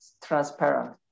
transparent